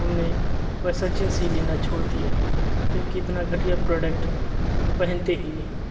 हमने वैसा जिंस ही लेना छोड़ दी है क्योंकि इतना घटिया प्रोडक्ट हम पहनते ही नहीं